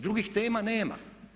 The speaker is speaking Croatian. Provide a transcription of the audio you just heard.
Drugih tema nema.